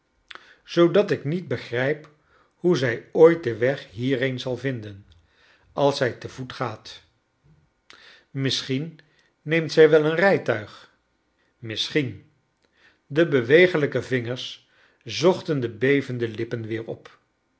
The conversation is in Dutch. zoodat ik niet begrijp hoe zij ooit den weg hierheen zal vinden ais zij te voet gaat misschien neemt zij wel een rijtuig misschien de bewegelijke vingers zochten de bevende lippen weer op